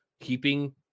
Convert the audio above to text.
keeping